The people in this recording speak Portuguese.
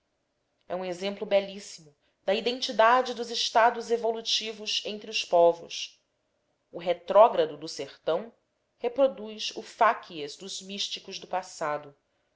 é um exemplo belíssimo da identidade dos estados evolutivos entre os povos o retrógrado do sertão reproduz o facies dos místicos do passado